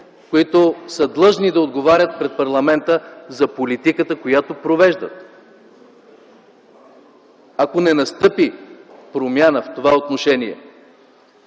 които са длъжни да отговарят пред парламента за политиката, която провеждат. Ако не настъпи промяна в това отношение,